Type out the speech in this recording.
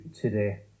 today